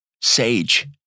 sage